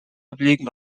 ablegen